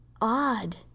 odd